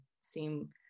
seem